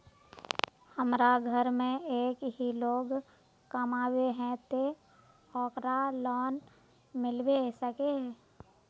हमरा घर में एक ही लोग कमाबै है ते ओकरा लोन मिलबे सके है?